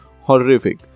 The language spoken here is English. horrific